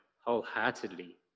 wholeheartedly